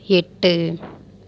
எட்டு